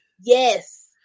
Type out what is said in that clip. Yes